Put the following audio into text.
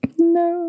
No